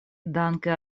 danke